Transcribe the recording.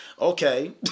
okay